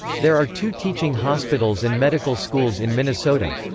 there are two teaching hospitals and medical schools in minnesota.